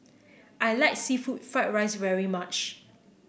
I like seafood Fried Rice very much